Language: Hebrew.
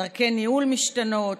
דרכי ניהול משתנות,